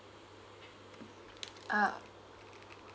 ah